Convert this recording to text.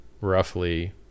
roughly